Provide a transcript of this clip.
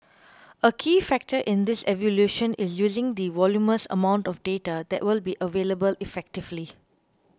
a key factor in this evolution is using the voluminous amount of data that will be available effectively